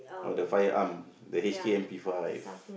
oh the fire arm the H_K M_P-five